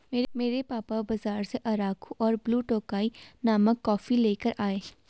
मेरे पापा बाजार से अराकु और ब्लू टोकाई नामक कॉफी लेकर आए